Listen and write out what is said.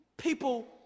people